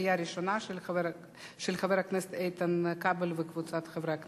של חבר הכנסת איתן כבל וקבוצת חברי הכנסת,